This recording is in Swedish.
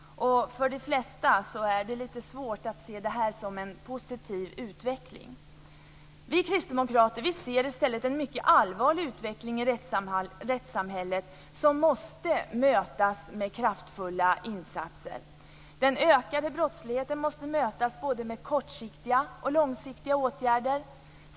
För de flesta är det lite svårt att se det här som en positiv utveckling. Vi kristdemokrater ser i stället en mycket allvarlig utveckling i rättssamhället som måste mötas med kraftfulla insatser. Den ökade brottsligheten måste mötas med både kortsiktiga och långsiktiga åtgärder.